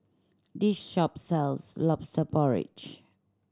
this shop sells Lobster Porridge